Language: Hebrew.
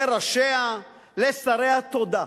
לראשיה, לשריה: תודה.